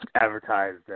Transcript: advertised